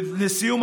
לסיום,